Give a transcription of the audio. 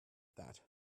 that